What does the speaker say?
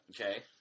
Okay